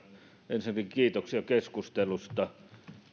ensinnäkin kiitoksia keskustelusta